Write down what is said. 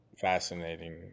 fascinating